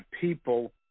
people